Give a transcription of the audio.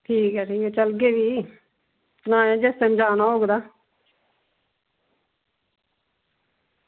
ठीक ऐ भी चलगे फ्ही सनायां जिस दिन जाना होग तां